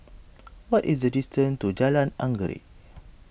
what is the distance to Jalan Anggerek